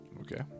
Okay